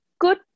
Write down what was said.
good